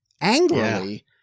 angrily